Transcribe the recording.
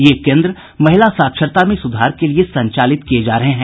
ये केन्द्र महिला साक्षरता में सुधार के लिए संचालित किये जा रहे हैं